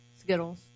Skittles